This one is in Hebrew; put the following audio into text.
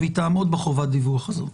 והיא תעמוד בחובת דיווח הזאת.